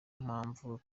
mpamvu